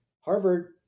Harvard